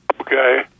Okay